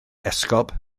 esgob